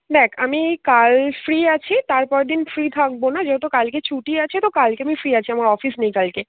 দেখ আমি কাল ফ্রি আছি তারপরের দিন ফ্রি থাকবো না যেহেতু কালকে ছুটি আছে তো কালকে আমি ফ্রি আছি আমার অফিস নেই কালকে